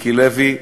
למיקי לוי,